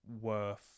worth